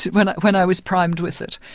when i when i was primed with it.